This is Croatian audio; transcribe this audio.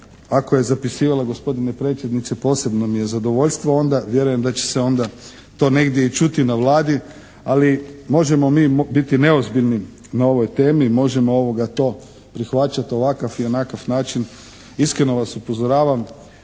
ako je zapisivala gospodine predsjedniče posebno mi je zadovoljstvo onda, vjerujem da će se onda to negdje i čuti na Vladi, ali možemo mi biti neozbiljni na ovoj temi, možemo to prihvaćati ovakav i onakav način, iskreno vas upozoravam,